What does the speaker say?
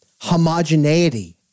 homogeneity